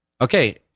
okay